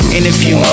Interview